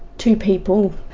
two people,